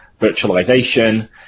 virtualization